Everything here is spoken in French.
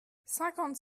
cinquante